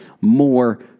more